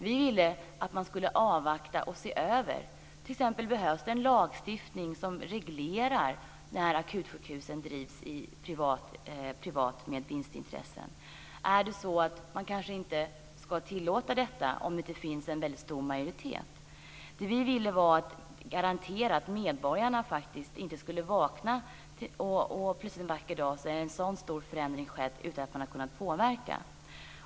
Vi ville att man skulle avvakta och se över om det t.ex. behövs en lagstiftning som reglerar när akutsjukhusen drivs privat med vinstintresse. Det kanske är så att man inte ska tillåta detta om det inte finns en väldigt stor majoritet för det. Det som vi ville var att garantera att medborgarna faktiskt inte skulle vakna en vacker dag och plötsligt upptäcka att en så stor förändring har skett utan att de har kunnat påverka.